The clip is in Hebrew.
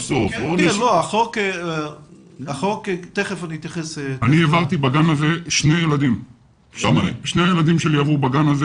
לי בגן הזה היו שני ילדים,